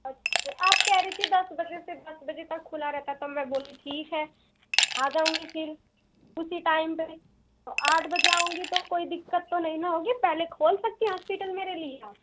अच्छा आप कह रही थी दस बजे से दस बजे तक खुला रहता है तब में बोली ठीक है आ जाऊँगी फिर उसी टाइम पर तो आठ बजे आऊँगी तो कोई दिक्कत तो नहीं न होगी पहले खोल सकती होस्पिटल मेरे लिए